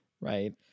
Right